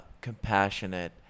compassionate